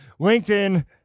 LinkedIn